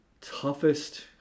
toughest